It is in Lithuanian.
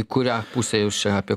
kurią pusę jūs čia apie